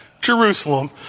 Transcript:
Jerusalem